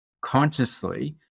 consciously